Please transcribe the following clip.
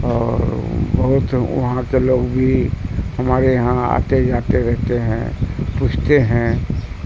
اور بہت وہاں کے لوگ بھی ہمارے یہاں آتے جاتے رہتے ہیں پوچھتے ہیں